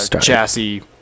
chassis